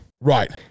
Right